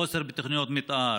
חוסר בתוכניות מתאר,